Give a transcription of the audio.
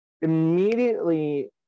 immediately